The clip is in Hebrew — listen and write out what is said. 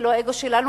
ולא האגו שלנו.